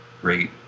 great